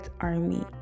army